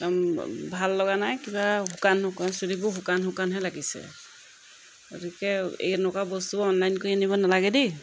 ভাল লগা নাই কিবা শুকান শুকান চুলিবোৰ শুকান শুকানহে লাগিছে গতিকে এই এনেকুৱা বস্তুবোৰ অনলাইন কৰি আনিব নালাগে দেই